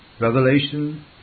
Revelation